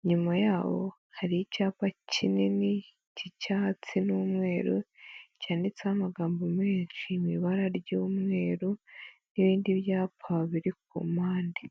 inyuma yaho hari icyapa kinini cy'icyatsi n'umweru cyanditseho amagambo menshi mu ibara ry'umweru n'ibindi byapa biri ku mpande.